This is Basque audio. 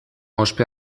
ospe